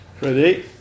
Ready